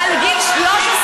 מה, לגיל 13?